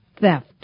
theft